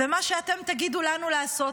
ומה שאתם תגידו לנו לעשות,